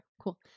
cool